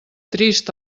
trist